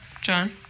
John